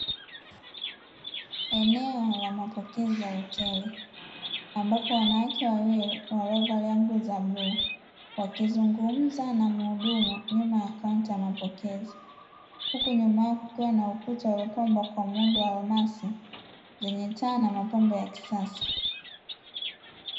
Eneo la mapokezi ya hoteli ambapo wanawake wawili waliovalia nguo za bluu wakizungumza na muhudumu nyuma ya kaunta ya mapokezi , huku nyuma yao kukiwa na ukuta uliopambwa kwa muundo wa nanasi zenye taa na mapambo ya kisasa.